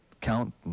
count